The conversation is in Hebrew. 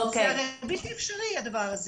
הדבר הזה בלתי אפשרי.